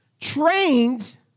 trains